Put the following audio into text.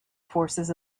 forces